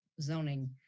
zoning